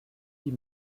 die